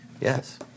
Yes